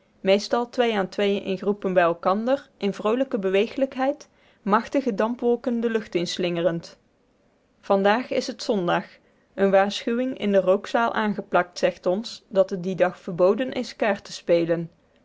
meestal twee aan twee in groepen bij elkander in vroolijke bewegelijkheid machtige dampwolken in de lucht slingerend vandaag is het zondag eene waarschuwing in de rookzaal aangeplakt zegt ons dat het dien dag verboden is kaart te spelen